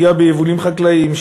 פגיעה ביבולים חקלאיים,